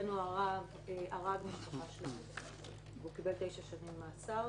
שהרג משפחה שלמה וקיבל תשע שנים מאסר.